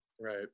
Right